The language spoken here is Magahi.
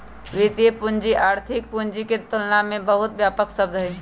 वित्तीय पूंजी आर्थिक पूंजी के तुलना में बहुत व्यापक शब्द हई